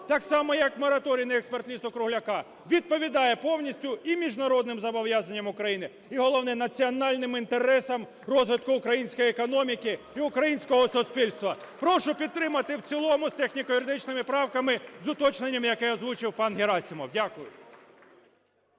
так само, як мораторій на експорт лісу-кругляка, відповідає повністю і міжнародним зобов'язанням України, і, головне, національним інтересам розвитку української економіки і українського суспільства. Прошу підтримати в цілому з техніко-юридичними поправками з уточненням, яке озвучив пан Герасимов. Дякую.